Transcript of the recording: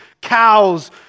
cows